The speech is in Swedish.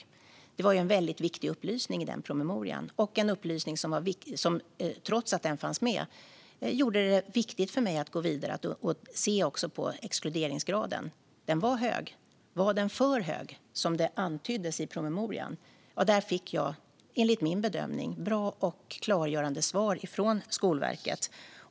Det var en väldigt viktig upplysning i den promemorian och en upplysning som, trots att den fanns med, gjorde det viktigt för mig att gå vidare och också titta på exkluderingsgraden. Den var hög. Var den för hög, som det antyddes i promemorian? Där fick jag, enligt min bedömning, bra och klargörande svar från Skolverket.